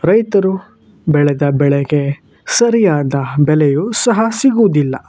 ರೈತರು ಬೆಳೆದ ಬೆಳೆಗೆ ಸರಿಯಾದ ಬೆಲೆಯು ಸಹ ಸಿಗೂದಿಲ್ಲ